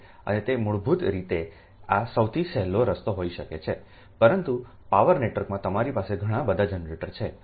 અને તે મૂળભૂત રીતે આ સૌથી સહેલો રસ્તો હોઈ શકે છે પરંતુ પાવર નેટવર્કમાં તમારી પાસે ઘણા બધા જનરેટર છે અને